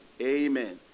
Amen